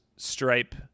Stripe